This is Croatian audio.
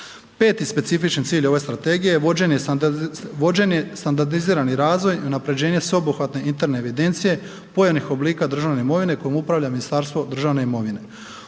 5. specifičan cilj ove strategije je vođen standardizirani razvoj i unapređenje sveobuhvatne interne evidencije, .../Govornik se ne razumije./... oblika državne imovine kojom upravlja Ministarstvo državne imovine.